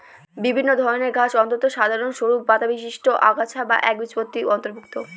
বিভিন্ন ধরনের ঘাস অত্যন্ত সাধারন সরু পাতাবিশিষ্ট আগাছা যা একবীজপত্রীর অন্তর্ভুক্ত